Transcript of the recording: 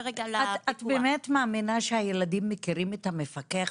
את באמת מאמינה שהילדים מכירים את המפקח,